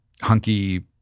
hunky